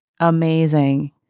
amazing